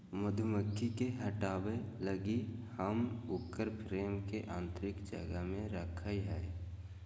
मधुमक्खी के हटाबय लगी हम उकर फ्रेम के आतंरिक जगह में रखैय हइ